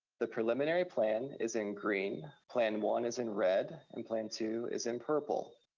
the preliminary plan is in green, plan one is in red, and plan two is in purple.